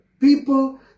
people